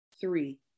Three